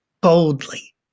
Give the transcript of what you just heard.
boldly